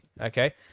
okay